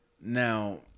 Now